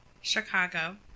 Chicago